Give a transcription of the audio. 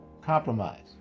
Compromise